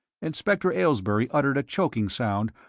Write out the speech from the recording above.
inspector aylesbury uttered a choking sound,